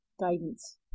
guidance